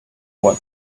what